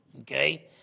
okay